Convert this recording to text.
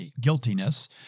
guiltiness